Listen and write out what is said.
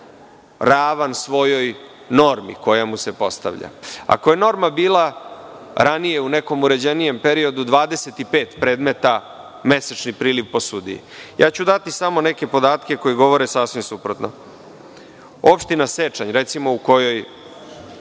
ravan svojoj normi koja mu se postavlja, ako je norma bila ranije u nekom uređenijem periodu 25 predmeta mesečni priliv po sudiji, ja ću dati samo neke podatke koji govore sasvim suprotno. Opština Sečanj, u kojoj